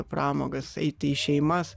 pramogas eiti į šeimas